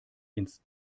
ins